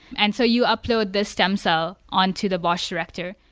and so you upload the stem cell on to the bosh director.